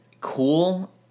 cool